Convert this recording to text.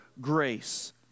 grace